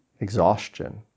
exhaustion